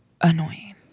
Annoying